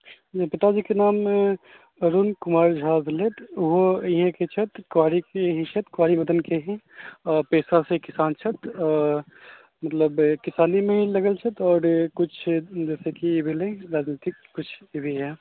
हमर पिताजीक नाम अरुण कुमार झा भेलथि ओहो इहेँके छथि कुवारिके ही छथि कुवारि मदनके ही आ पेशासँ किसान छथि मतलब किसानीमे ही लागल छथि आओर किछु जैसे कि भेलै राजनीतिक किछु ये भी हए